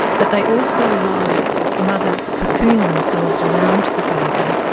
but they also lie, mothers cocoon themselves around the baby,